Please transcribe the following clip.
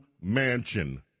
mansion